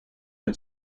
but